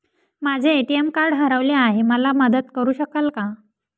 माझे ATM card हरवले आहे, मला मदत करु शकाल का?